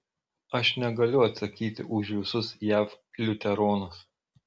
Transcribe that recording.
aš negaliu atsakyti už visus jav liuteronus